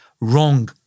wrong